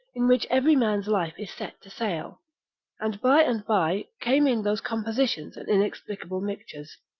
in which every man's life is set to sale and by and by came in those compositions and inexplicable mixtures,